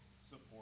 support